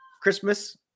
Christmas